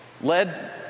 led